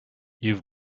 you